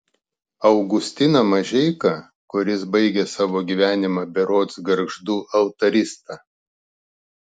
augustiną mažeiką kuris baigė savo gyvenimą berods gargždų altarista